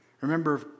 Remember